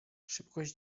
szybkość